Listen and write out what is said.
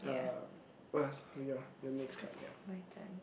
uh yeah so your your next card yeah